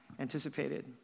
anticipated